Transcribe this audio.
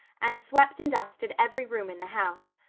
and swept and dusted every room in the house.